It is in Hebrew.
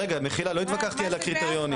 רגע, מחילה, לא התווכחתי על הקריטריונים.